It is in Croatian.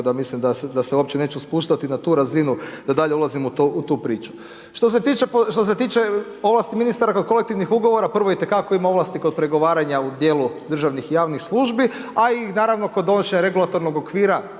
da se uopće neću spuštati na tu razinu da dalje ulazim u tu priču. Što se tiče ovlasti ministara kod kolektivnih ugovora, prvo itekako ima ovlasti kod pregovaranja u dijelu državnih i javnih službi a i naravno kod donošenja regulatornog okvira